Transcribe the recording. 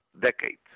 decades